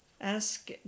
ask